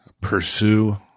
pursue